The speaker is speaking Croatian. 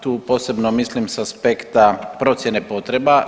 Tu posebno mislim s aspekta procjene potreba.